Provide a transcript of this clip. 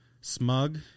Smug